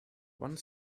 one